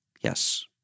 yes